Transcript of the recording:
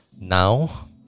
now